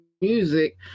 music